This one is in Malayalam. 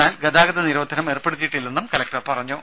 എന്നാൽ ഗതാഗത നിരോധനം ഏർപ്പെടുത്തിയിട്ടില്ലെന്നും കലക്ടർ പറഞ്ഞു